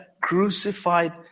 crucified